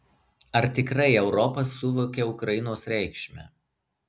ar tikrai europa suvokia ukrainos reikšmę